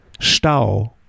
Stau